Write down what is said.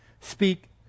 Speak